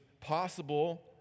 possible